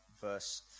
verse